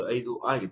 855 ಆಗಿದೆ